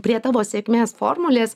prie tavo sėkmės formulės